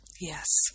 Yes